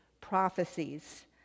prophecies